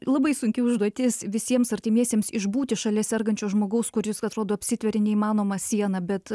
labai sunki užduotis visiems artimiesiems išbūti šalia sergančio žmogaus kuris atrodo apsitveria neįmanoma siena bet